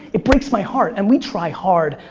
it breaks my heart, and we try hard.